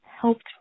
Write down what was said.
helped